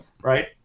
right